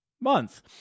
month